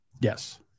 Yes